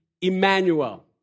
Emmanuel